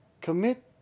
Commit